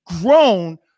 grown